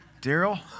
Daryl